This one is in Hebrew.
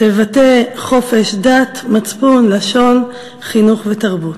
תבטיח חופש דת, מצפון, לשון, חינוך ותרבות".